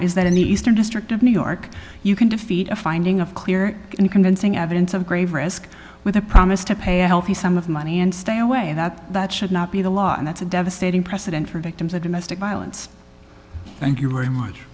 is that in the eastern district of new york you can defeat a finding of clear and convincing evidence of grave risk with a promise to pay a healthy sum of money and stay away that that should not be the law and that's a devastating precedent for victims of domestic violence thank you very much